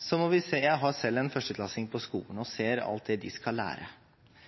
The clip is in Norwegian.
jeg har selv en førsteklassing på skolen – ser vi alt det de skal lære.